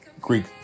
greek